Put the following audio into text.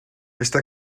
está